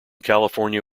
california